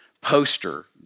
poster